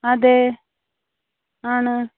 അതെ ആണ്